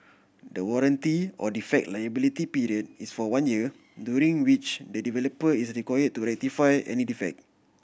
the warranty or defect liability period is for one year during which the developer is require to rectify any defect